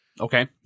Okay